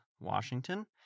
Washington